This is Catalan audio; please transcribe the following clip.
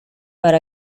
per